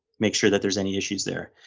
make sure that there's any issues there.